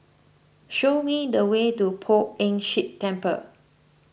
show me the way to Poh Ern Shih Temple